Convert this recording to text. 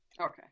Okay